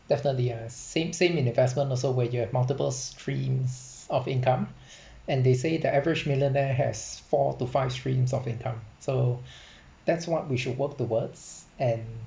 definitely ya same same in investment also where you have multiple streams of income and they say that average millionaire has four to five streams of income so that's what we should work towards and